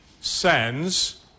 sends